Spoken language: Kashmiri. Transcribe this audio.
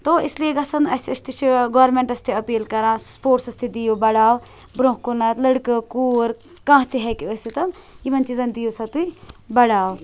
تو اِسلِیے گَژھَن اسہِ أسۍ تہِ چھِ گورمینٛٹَس تہِ أپیٖل کَران سٕپوٚٹسَس تہِ دِیِو بَڑاو برٛونٛہہ کُنَتھ لٔڑکہٕ کوٗر کانٛہہ تہِ ہیکہِ ٲسِتھ یِمن چیٖزَن دِیِو سا تُہۍ بَڑاو